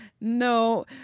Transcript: no